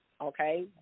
Okay